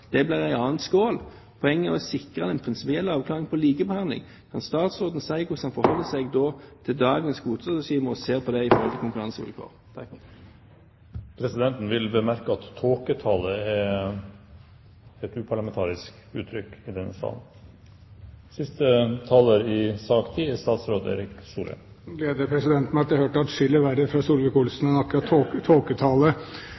Det blir en annen skål. Poenget er å sikre den prinsipielle avklaringen når det gjelder likebehandling. Kan statsråden si hvordan han da forholder seg til dagens kvoteregime og se på konkurransevilkårene? Presidenten vil bemerke at «tåketale» er et uparlamentarisk uttrykk i denne sal. Jeg kan glede presidenten med at jeg har hørt atskillig verre fra